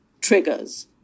triggers